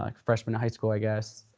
like freshman in high school i guess,